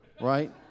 Right